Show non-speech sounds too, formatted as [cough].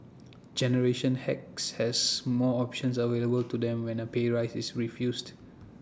generation X has most options [noise] available to them when A pay rise is refused